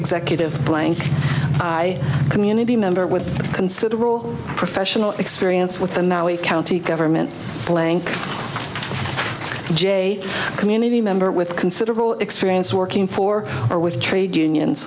executive blank community member with considerable professional experience with the now a county government blank j community member with considerable experience working for or with trade unions